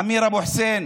אמיר אבו חוסיין